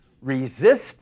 Resist